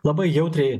labai jautriai